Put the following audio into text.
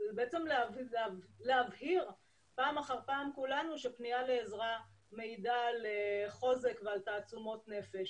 בעצם להבהיר פעם אחר פעם שפנייה לעזרה מעידה על חוזק ועל תעצומות נפש,